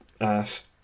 ass